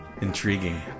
intriguing